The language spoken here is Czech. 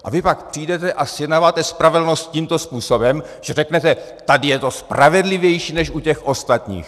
A vy pak přijdete a zjednáváte spravedlnost tímto způsobem, že řeknete, tady je to spravedlivější než u těch ostatních.